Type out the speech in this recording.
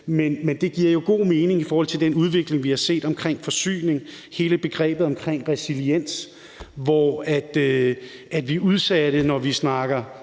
Men det giver jo god mening i forhold til den udvikling, vi har set omkring forsyning og hele begrebet resiliens, hvor vi er udsatte, når vi snakker